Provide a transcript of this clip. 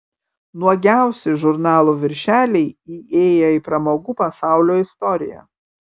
nuogiausi žurnalų viršeliai įėję į pramogų pasaulio istoriją